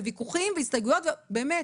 ויכוחים והסתייגויות, ובאמת